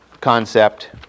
concept